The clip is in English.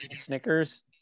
Snickers